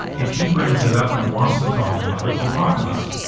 if he brings it up and wants to talk about it, we'll talk about it.